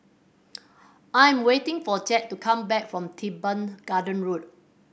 I am waiting for Chet to come back from Teban Gardens Road